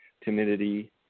timidity